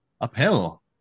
uphill